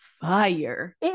fire